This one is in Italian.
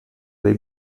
dei